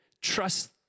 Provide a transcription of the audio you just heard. trust